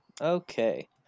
okay